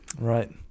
Right